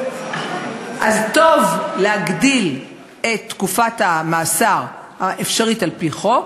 אז טוב להגדיל את תקופת המאסר האפשרית על-פי חוק,